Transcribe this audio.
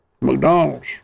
McDonald's